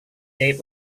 date